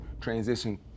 transition